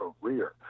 career